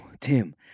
tim